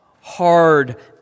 hard